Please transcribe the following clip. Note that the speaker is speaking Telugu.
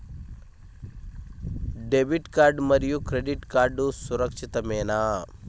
డెబిట్ కార్డ్ మరియు క్రెడిట్ కార్డ్ సురక్షితమేనా?